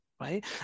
Right